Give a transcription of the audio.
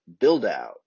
BuildOut